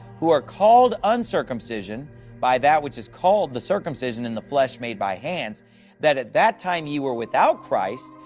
who are called uncircumcision by that which is called the circumcision in the flesh made by hands that at that time ye were without christ,